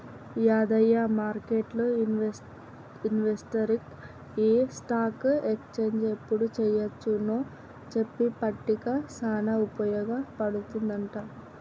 యాదయ్య మార్కెట్లు ఇన్వెస్టర్కి ఈ స్టాక్ ఎక్స్చేంజ్ ఎప్పుడు చెయ్యొచ్చు నో చెప్పే పట్టిక సానా ఉపయోగ పడుతుందంట